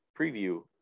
preview